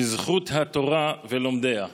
בזכות התורה ולומדיה.